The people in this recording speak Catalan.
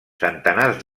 centenars